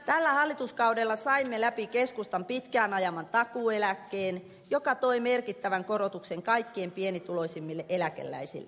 tällä hallituskaudella saimme läpi keskustan pitkään ajaman takuueläkkeen joka toi merkittävän korotuksen kaikkein pienituloisimmille eläkeläisille